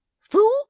Fool